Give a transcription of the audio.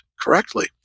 correctly